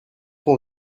ton